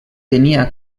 tenia